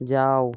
যাও